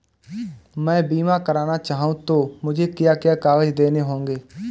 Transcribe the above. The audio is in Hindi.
मैं बीमा करना चाहूं तो मुझे क्या क्या कागज़ देने होंगे?